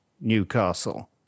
Newcastle